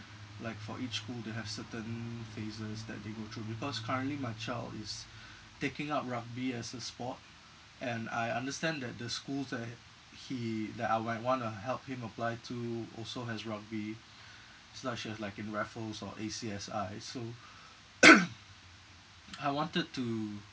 like for each school they have certain phases that they go through because currently my child is taking up rugby as a sport and I understand that the schools that he that I might I want to help him apply to also has rugby such as like in raffles or A_C_S_I so I wanted to